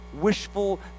wishful